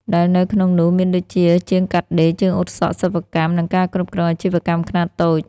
ដែលនៅក្នុងនោះមានដូចជា ជាងកាត់ដេរ ជាងអ៊ុតសក់ សិប្បកម្ម និងការគ្រប់គ្រងអាជីវកម្មខ្នាតតូច។